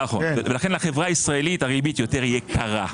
לכן לחברה הישראלית הריבית יותר יקרה.